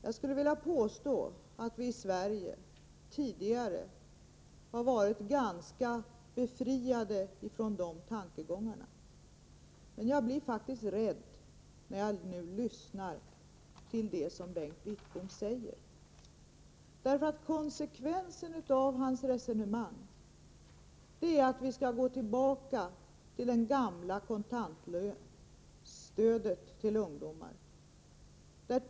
Jag skulle vilja 34 påstå att vi i Sverige tidigare har varit ganska befriade från de tankegångarna. Jag blir faktiskt rädd när jag nu lyssnar till det som Bengt Wittbom säger. Konsekvensen av hans resonemang är att vi skall gå tillbaka till den gamla modellen att ge kontant stöd till ungdomar.